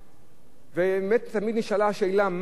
והאמת, תמיד נשאלה השאלה: מה הם ראו לכך?